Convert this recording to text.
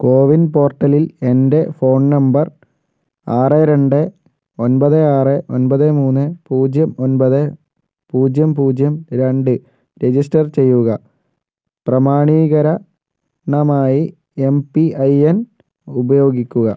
കോ win പോർട്ടലിൽ എൻ്റെ phone number ആറ് രണ്ട് ഒൻപത് ആറ് ഒൻപത് മൂന്ന് പൂജ്യം ഒൻപത് പൂജ്യം പൂജ്യം രണ്ട് രജിസ്റ്റർ ചെയ്യുക പ്രമാണീകരണമായി എം പി ഐ എൻ ഉപയോഗിക്കുക